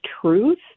truth